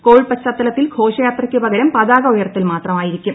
Covid പശ്ചാത്തലത്തിൽ ഘോഷയാത്രയ്ക്കു പകരം പതാക ഉയർത്തൽ മാത്രമായിരിക്കും